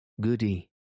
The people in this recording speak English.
Goody